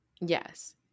Yes